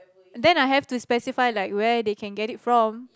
then I had to specify like where they can get it from